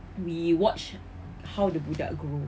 we watch how the budak grow